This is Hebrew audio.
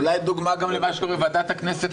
אולי דוגמה גם למה שקורה בוועדת הכנסת.